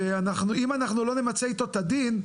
ואם לא נמצא איתו את הדין,